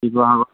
Sivasagar